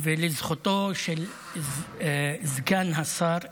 לזכותו של סגן השר ליצמן,